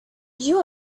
you